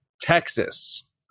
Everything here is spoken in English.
Texas